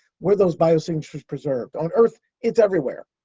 were those biosignatures preserved? on earth, it's everywhere.